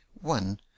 one